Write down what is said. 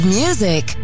music